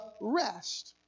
rest